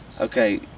okay